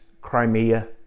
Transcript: Crimea